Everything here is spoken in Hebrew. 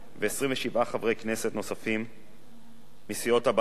חברי כנסת נוספים מסיעות הבית השונות,